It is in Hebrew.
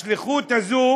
השליחות הזאת